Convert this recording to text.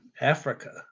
Africa